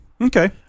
Okay